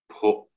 put